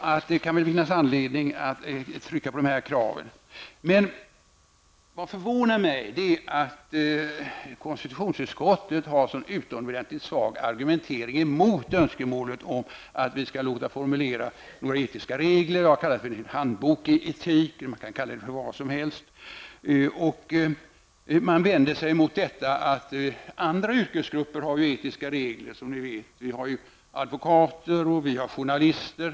Det kan alltså finnas anledning att trycka på de här kraven. Vad som förvånar mig är att konstitutionsutskottet har en så utomordentligt svag argumentering mot önskemålet om att vi skall låta formulera etiska regler. Jag har kallat det för Handbok i etik, men man kan naturligtvis kalla det vad som helst. Utskottet erinrar om att det finns etiska regler för olika yrkesgrupper, t.ex. advokater och andra jurister och för journalister.